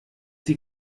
die